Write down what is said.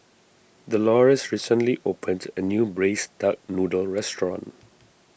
Dolores recently opened a new Braised Duck Noodle restaurant